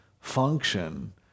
function